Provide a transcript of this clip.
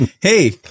hey